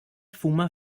fuma